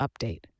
update